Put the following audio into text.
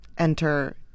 enter